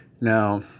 Now